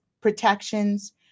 protections